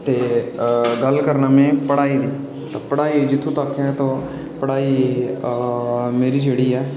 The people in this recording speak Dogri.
गल्ल करना में पढाई दी पढाई जित्थूं तक ऐ पढाई मेरी जेह्ड़ी ऐ